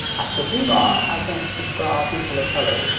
i could be wrong. i can't speak for all people of color,